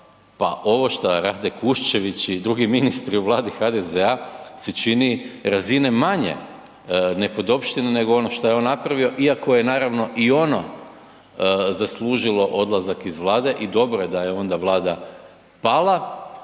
pa ovo šta rade Kuščević i drugi ministri u Vladi HDZ-a se čini razine manje nepodopština nego što je on napravio iako je naravno i ono zaslužilo odlazak iz vlade i dobro je da je onda vlada pala,